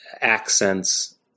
accents